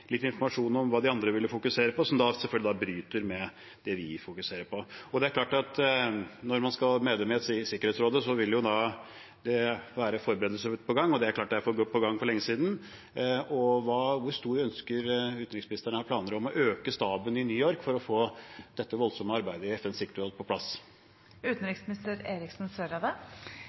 litt informasjon om hva de andre ville fokusere på, som bryter med det vi fokuserer på. Det er klart at når man skal være medlem i Sikkerhetsrådet, vil det være forberedelser på gang, og det har kommet i gang for lenge siden. Hvor mye har utenriksministeren planer om å øke staben i New York med for å få dette voldsomme arbeidet i FNs sikkerhetsråd på